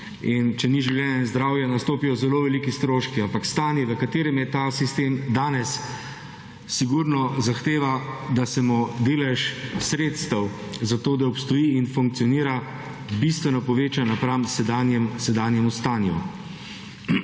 če ni življenja in zdravja, nastopijo zelo veliki stroški. Ampak stanje, v katerem je ta sistem danes, sigurno zahteva, da se mu delež sredstev za to, da obstoji in funkcionira, bistveno poveča napram sedanjemu stanju.